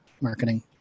marketing